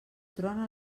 trona